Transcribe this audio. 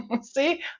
See